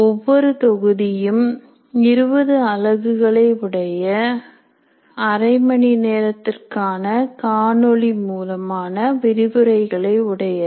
ஒவ்வொரு தொகுதியும் 20 அலகுகளை உடைய அரை மணி நேரத்திற்கான காணொளி மூலமான விரிவுரைகளை உடையது